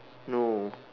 no